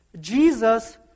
Jesus